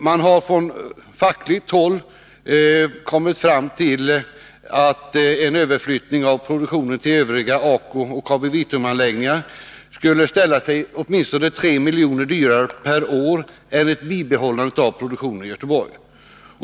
Man har från fackligt håll kommit fram till att en överflyttning av produktionen till övriga ACO och KabiVitrumanläggningar skulle ställa sig åtminstone 3 milj.kr. dyrare per år än ett bibehållande av produktionen i Göteborg.